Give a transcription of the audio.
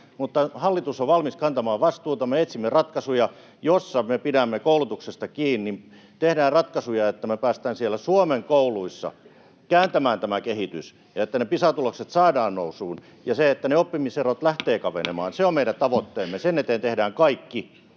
mutta hallitus on valmis kantamaan vastuuta. Me etsimme ratkaisuja, joissa me pidämme koulutuksesta kiinni. Tehdään ratkaisuja, että me päästään siellä Suomen kouluissa kääntämään tämä kehitys ja että ne Pisa-tulokset saadaan nousuun ja että ne oppimiserot lähtevät kapenemaan. Se on meidän tavoitteemme, sen eteen tehdään kaikki.